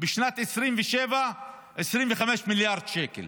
בשנת 2027, 25 מיליארד שקל